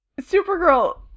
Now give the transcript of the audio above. Supergirl